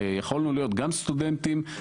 יכולנו להיות גם סטודנטים,